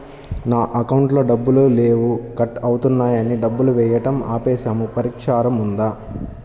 నా అకౌంట్లో డబ్బులు లేవు కట్ అవుతున్నాయని డబ్బులు వేయటం ఆపేసాము పరిష్కారం ఉందా?